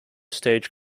stage